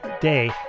Day